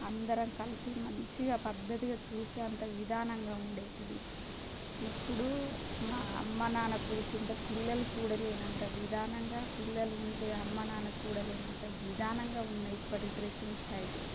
అందరం కలిసి మంచిగా పద్ధతిగా చూసే అంత విధానంగా ఉండేటివి ఇప్పుడు మా అమ్మా నాన్న కూర్చుంటే పిల్లలు చూడలేనంత విధానంగా పిల్లలు ఉంటే అమ్మానాన్న చూడలేనంత విధానంగా ఉన్నాయి ఇప్పడి డ్రస్సింగ్ స్టైలు